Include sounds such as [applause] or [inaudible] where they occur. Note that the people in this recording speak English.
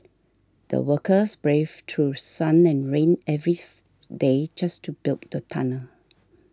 the workers braved through sun and rain every [unintelligible] day just to build the tunnel